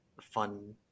fun